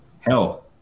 Hell